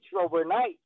overnight